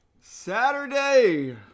Saturday